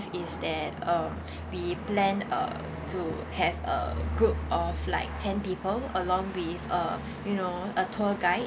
is that um we plan uh to have a group of like ten people along with uh you know a tour guide